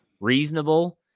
reasonable